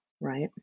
right